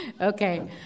Okay